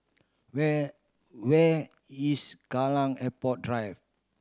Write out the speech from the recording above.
where where is Kallang Airport Drive